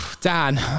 Dan